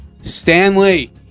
Stanley